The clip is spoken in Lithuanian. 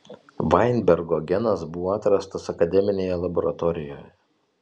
vainbergo genas buvo atrastas akademinėje laboratorijoje